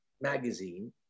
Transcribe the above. magazine